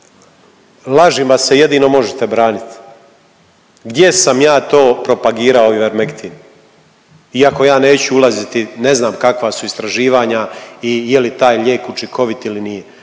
lažima se jedino možete branit. Gdje sam ja to propagirao Ivermektin, iako ja neću ulaziti, ne znam kakva su istraživanja i je li taj lijek učinkovit ili nije